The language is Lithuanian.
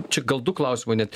čia gal du klausimai net